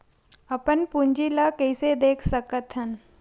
अपन पूंजी ला कइसे देख सकत हन?